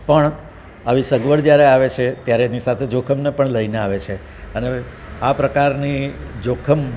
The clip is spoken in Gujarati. પણ આવી સગવડ જયારે આવે છે ત્યારે એની સાથે જોખમને પણ લઈને આવે છે અને હવે આ પ્રકારની જોખમ